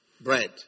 bread